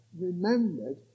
remembered